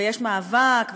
ויש מאבק,